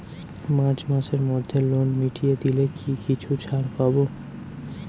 March মাসের মধ্যে loan মিটিয়ে দিলে কি কিছু ছাড় পাব?